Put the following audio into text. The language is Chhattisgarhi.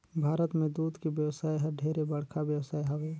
भारत में दूद के बेवसाय हर ढेरे बड़खा बेवसाय हवे